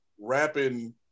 rapping